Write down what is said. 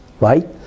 right